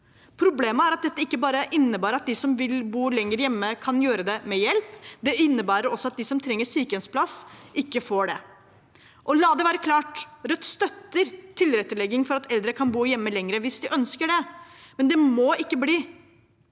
Problemet er at dette ikke bare innebærer at de som vil bo lenger hjemme, kan gjøre det, med hjelp. Det innebærer også at de som trenger sykehjemsplass, ikke får det. La det være klart: Rødt støtter tilrettelegging for at eldre kan bo hjemme lenger hvis de ønsker det, men det må ikke